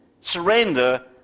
Surrender